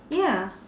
ya